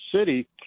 city